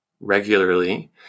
regularly